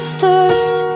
thirst